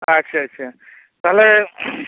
ᱟᱪᱪᱷᱟ ᱟᱪᱪᱷᱟ ᱛᱟᱦᱚᱞᱮ